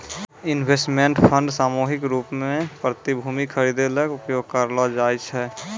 investment fund सामूहिक रूप सें प्रतिभूति खरिदै ल उपयोग करलो जाय छै